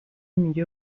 میگه